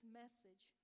message